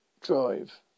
drive